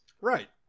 Right